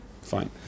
Fine